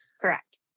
Correct